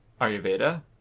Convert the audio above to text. Ayurveda